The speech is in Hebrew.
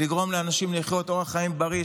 לגרום לאנשים לחיות אורח חיים בריא,